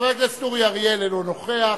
חבר הכנסת אורי אריאל, אינו נוכח.